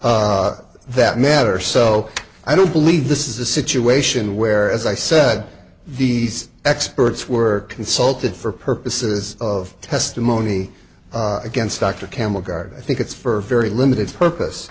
that matter so i don't believe this is a situation where as i said these experts were consulted for purposes of testimony against dr campbell god i think it's for a very limited purpose